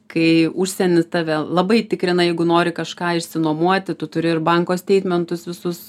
kai užsieny tave labai tikrina jeigu nori kažką išsinuomoti tu turi ir banko steitmentus visus